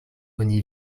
oni